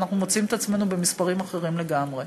ואנחנו מוצאים את עצמנו במספרים אחרים לגמרי.